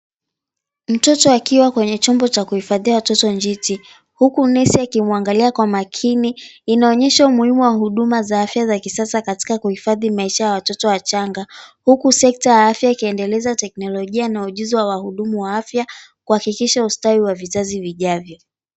Mtoto akiwa kwenye chombo cha kuhifadhia watoto njiti huku nesi akimwangalia kwa makini inaonyesha umuhimu wa huduma za afya wa kisasa katika kuhifadhi maisha ya watoto wachanga huku sekta ya afya ikiendeleza teknolojia na ujuzi wa wahudumu wa afya kuhakikisha ustawi wa vizazi vijavyo.